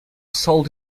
sold